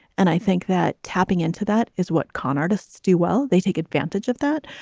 and i think that tapping into that is what con artists do. well, they take advantage of that.